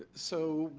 so